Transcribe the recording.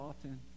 often